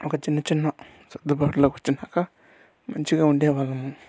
ఒక చిన్న చిన్న సర్దుబాట్లు వచ్చినాక మంచిగా ఉండేవాళ్ళము